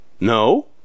No